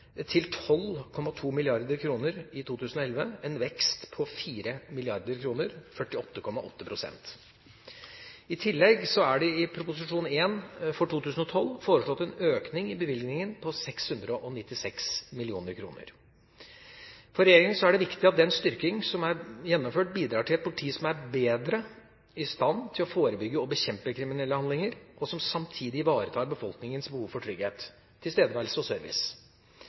til 12,2 mrd. kr i 2011, en vekst på 4 mrd. kr, 48,8 pst. I tillegg er det i Prop. 1 S for 2012 foreslått en økning i bevilgningen på 696 mill. kr. For regjeringa er det viktig at den styrking som er gjennomført, bidrar til et politi som er bedre i stand til å forebygge og bekjempe kriminelle handlinger, og som samtidig ivaretar befolkningens behov for trygghet, tilstedeværelse og service.